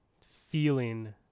feeling